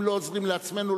אם לא עוזרים לעצמנו,